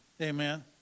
Amen